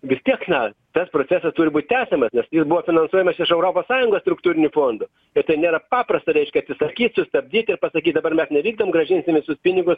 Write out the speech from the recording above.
vis tiek na tas procesas turi būt tęsiamas nes jis buvo finansuojamas iš europos sąjungos struktūrinių fondų bet tai nėra paprasta reiškia sutvarkyt sustabdyt ir pasakyt dabar mes nevykdom grąžinsim visus pinigus